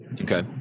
Okay